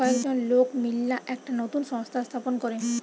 কয়েকজন লোক মিললা একটা নতুন সংস্থা স্থাপন করে